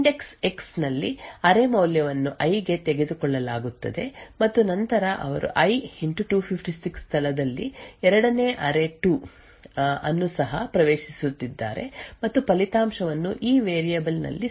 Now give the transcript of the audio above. index x ನಲ್ಲಿ array ಮೌಲ್ಯವನ್ನು I ಗೆ ತೆಗೆದುಕೊಳ್ಳಲಾಗುತ್ತದೆ ಮತ್ತು ನಂತರ ಅವರು ಐ 256 ಸ್ಥಳದಲ್ಲಿ ಎರಡನೇ ಅರೇ2 ಅನ್ನು ಸಹ ಪ್ರವೇಶಿಸುತ್ತಿದ್ದಾರೆ ಮತ್ತು ಫಲಿತಾಂಶವನ್ನು ಈ ವೇರಿಯೇಬಲ್ ನಲ್ಲಿ ಸಂಗ್ರಹಿಸಲಾಗುತ್ತದೆ ಆದ್ದರಿಂದ ನಾವು ಇಲ್ಲಿ ನೋಡುವುದು ಅರೇ2 ಆಗಿದೆ